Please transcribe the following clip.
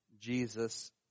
Jesus